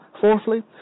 Fourthly